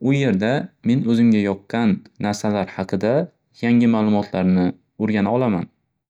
U yerda men oʻzimga yoqqan narsalar haqida yangi maʼlumotlarni oʻrgana olaman.